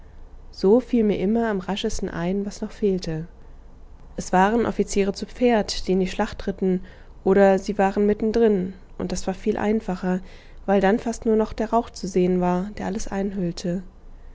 so fiel mir immer am raschesten ein was noch fehlte es waren offiziere zu pferd die in die schlacht ritten oder sie waren mitten drin und das war viel einfacher weil dann fast nur der rauch zu machen war der alles einhüllte